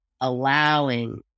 allowing